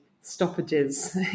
stoppages